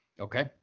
Okay